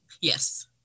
Yes